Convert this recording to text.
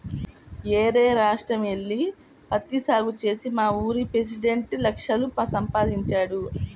యేరే రాష్ట్రం యెల్లి పత్తి సాగు చేసి మావూరి పెసిడెంట్ లక్షలు సంపాదించాడు